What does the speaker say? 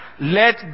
Let